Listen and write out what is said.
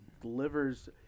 delivers